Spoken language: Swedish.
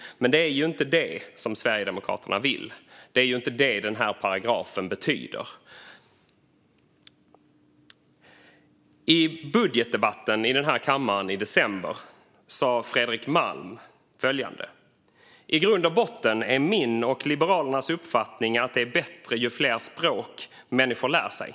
Men det är ju inte det Sverigedemokraterna vill. Det är ju inte det den här paragrafen betyder. I budgetdebatten i den här kammaren i december sa Fredrik Malm följande: "I grund och botten är min och Liberalernas uppfattning att det är bättre ju fler språk människor lär sig."